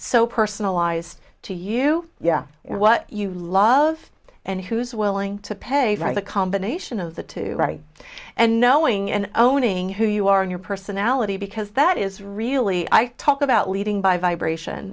so personalized to you yeah what you love and who's willing to pay for the combination of the two right and knowing and own ing who you are in your personality because that is really i talk about leading by vibration